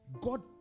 God